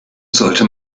sollte